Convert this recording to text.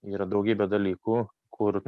yra daugybė dalykų kur